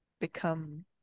become